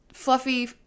Fluffy